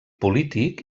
polític